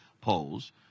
polls